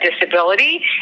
disability